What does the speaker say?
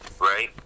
right